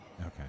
Okay